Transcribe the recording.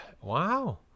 Wow